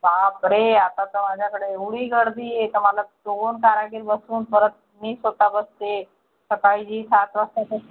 बापरे आता तर माझ्याकडे एवढी गर्दी आहे तर मला दोन कारागीर बसवून परत मी स्वतः बसते सकाळी सात वाजता